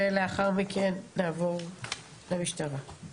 ולאחר מכן נעבור למשטרה.